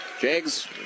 Jags